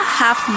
half